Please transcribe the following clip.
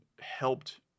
helped